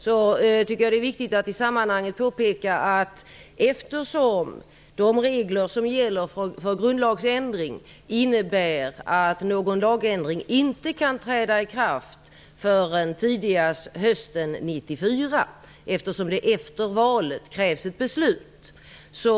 Då tycker jag att det är viktigt att i sammanhanget göra ett påpekande. De regler som gäller för en grundlagsändring innebär att en lagändring inte kan träda i kraft förrän tidigast hösten 1994, eftersom det krävs ett beslut efter valet.